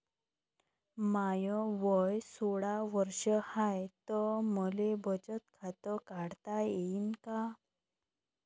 माय वय सोळा वर्ष हाय त मले बचत खात काढता येईन का?